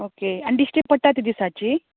okay आनी दिश्टी पडटात ती दिसाची